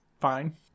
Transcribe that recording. fine